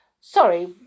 Sorry